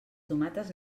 tomates